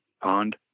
pond